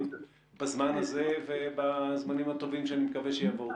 בזמן הזה ובזמנים הטובים שאני מקווה שיבואו.